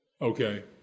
Okay